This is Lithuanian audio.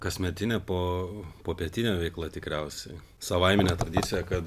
kasmetinė po popietinė veikla tikriausiai savaiminė tradicija kad